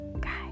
guys